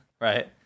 right